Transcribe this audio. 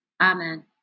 amen